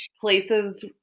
places